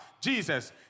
Jesus